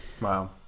Wow